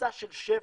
הכניסה של שברון,